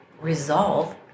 resolve